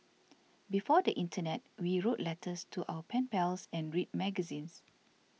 before the internet we wrote letters to our pen pals and read magazines